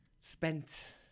spent